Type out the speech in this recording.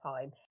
time